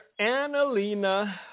Annalena